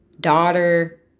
daughter